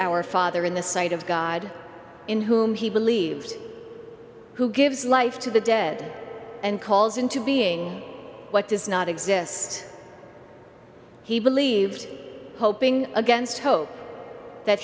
our father in the sight of god in whom he believed who gives life to the dead and calls into being what does not exist he believed hoping against hope that